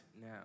now